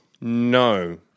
No